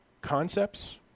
concepts